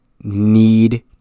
need